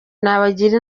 nabagira